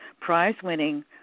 prize-winning